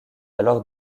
alors